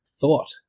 thought